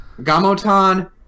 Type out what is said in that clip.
gamotan